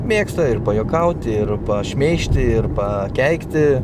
mėgsta ir pajuokauti ir šmeižti ir pa keikti